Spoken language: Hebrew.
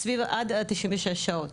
סביב עד ה-96 שעות.